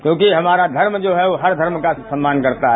क्योंकि हमारा धर्म जो है वो हर धर्म का सम्मान करता है